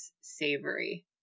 Savory